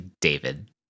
David